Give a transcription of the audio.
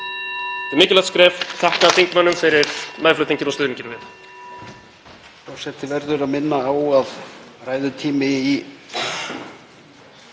Þetta er mikilvægt skref. Ég þakka þingmönnum fyrir meðflutninginn og stuðninginn við